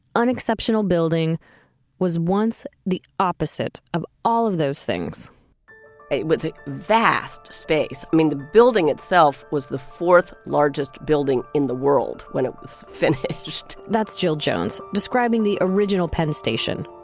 unexceptional building was once the opposite of all of those things it was a vast space? i mean, the building itself was the fourth largest building in the world when it was finished that's jill jones describing the original penn station.